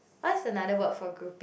what's another word for grouping